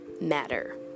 matter